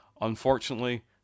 Unfortunately